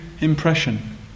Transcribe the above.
impression